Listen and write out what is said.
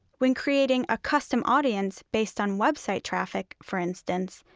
when creating a custom audience based on website traffic, for instance,